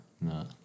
No